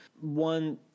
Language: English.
one